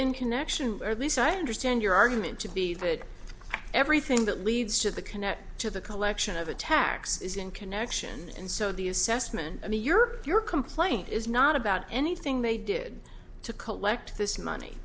in connection or this i understand your argument to be that everything that leads to the connect to the collection of attacks is in connection and so the assessment i mean europe your complaint is not about anything they did to collect this money